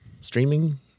streaming